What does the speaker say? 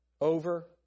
Over